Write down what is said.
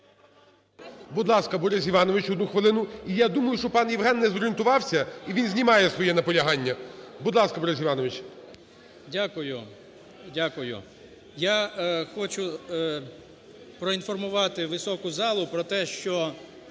Будь ласка, Борис Іванович, 1 хвилину. І я думаю, що пан Євген не зорієнтувався, і він знімає своє наполягання. Будь ласка, Борис Іванович. 13:40:55 ТАРАСЮК Б.І. Дякую. Дякую. Я хочу проінформувати високу залу про те, що